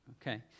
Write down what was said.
Okay